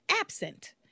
absent